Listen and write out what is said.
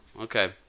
okay